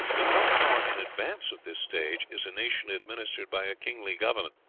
but how far in advance of this stage is a nation administered by a kingly government,